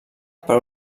per